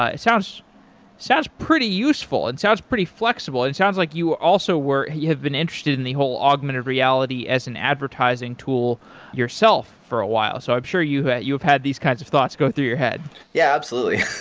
ah sounds sounds pretty useful and it sounds pretty flexible, and it sounds like you also were you have been interested in the whole augmented reality as an advertising tool yourself for a while, so i'm sure you have you have had these kinds of thoughts go through your head yeah, absolutely.